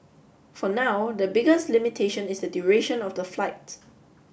for now the biggest limitation is the duration of the flight